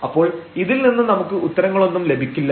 അപ്പോൾ ഇതിൽ നിന്ന് നമുക്ക് ഉത്തരങ്ങളൊന്നും ലഭിക്കില്ല